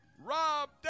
Rob